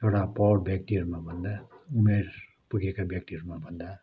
एउटा प्रौढ व्यक्तिहरूमा भन्दा उमेर पुगेका व्यक्तिहरूमा भन्दा